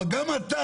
אבל גם אתה,